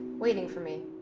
waiting for me,